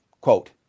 Quote